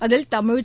அதில் தமிழ்